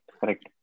Correct